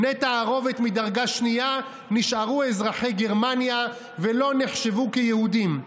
בני תערובת מדרגה שנייה נשארו אזרחי גרמניה ולא נחשבו כיהודים.